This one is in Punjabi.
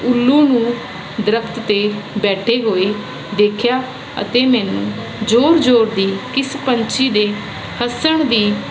ਉੱਲੂ ਨੂੰ ਦਰੱਖਤ 'ਤੇ ਬੈਠੇ ਹੋਏ ਦੇਖਿਆ ਅਤੇ ਮੈਨੂੰ ਜ਼ੋਰ ਜ਼ੋਰ ਦੀ ਇਸ ਪੰਛੀ ਦੇ ਹੱਸਣ ਦੀ